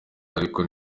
ariko